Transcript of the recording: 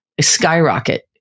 skyrocket